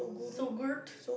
so good